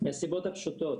מהסיבות הפשוטות,